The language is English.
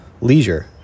leisure